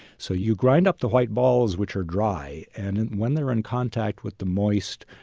so you grind up the white balls, which are dry, and when they're in contact with the moist,